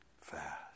fast